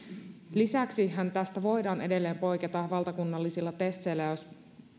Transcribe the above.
lisäksihän tästä voidaan edelleen poiketa valtakunnallisilla teseillä